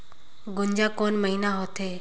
गुनजा कोन महीना होथे?